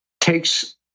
takes